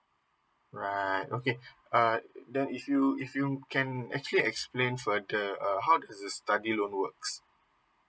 alright okay uh then if you if you can actually explain further err how is the study loan works